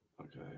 Okay